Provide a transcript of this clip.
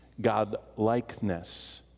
godlikeness